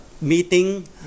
meeting